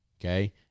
Okay